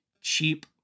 cheap